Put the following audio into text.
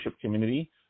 community